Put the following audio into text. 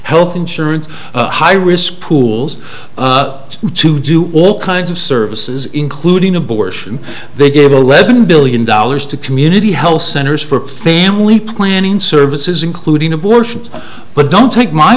health insurance high risk pools to do all kinds of services including abortion they gave eleven billion dollars to community health centers for family planning services including abortions but don't take my